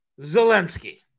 Zelensky